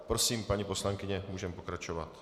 Prosím, paní poslankyně, můžeme pokračovat.